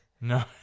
No